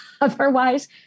otherwise